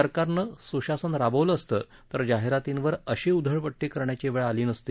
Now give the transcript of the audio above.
सरकारन सूशासन राबवल असतं तर जाहिरातींवर अशी उधळपट्टी करण्याची वेळ आली नसती